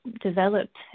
developed